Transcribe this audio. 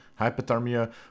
Hypothermia